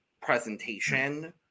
presentation